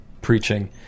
preaching